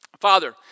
Father